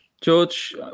George